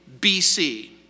BC